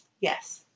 yes